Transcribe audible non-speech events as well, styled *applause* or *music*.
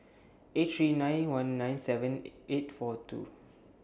eight three nine one nine seven *hesitation* eight four two